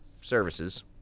services